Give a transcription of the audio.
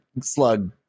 Slug